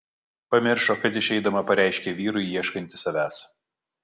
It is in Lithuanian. pamiršo kad išeidama pareiškė vyrui ieškanti savęs